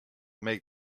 make